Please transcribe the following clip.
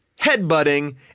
headbutting